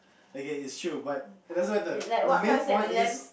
okay it's true but it doesn't matter the main point is